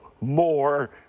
More